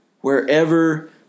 wherever